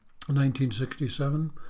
1967